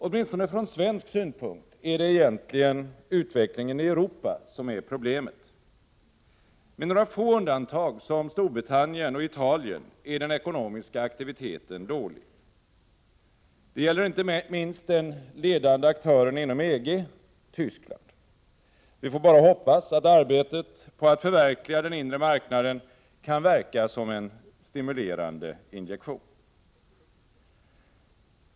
Åtminstone från svensk synpunkt är det egentligen utvecklingen i Europa 25 som är problemet. Med några få undantag som Storbritannien och Italien är den ekonomiska aktiviteten dålig. Det gäller inte minst den ledande aktören inom EG, Tyskland. Vi får bara hoppas att arbetet på att förverkliga den inre marknaden kan verka som en stimulerande injektion.